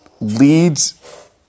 leads